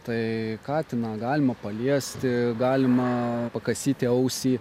tai katiną galima paliesti galima pakasyti ausį